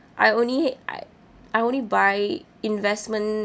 I only h~ I I only buy investment